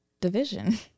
division